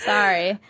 Sorry